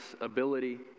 ability